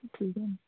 ਠੀਕ ਹੈ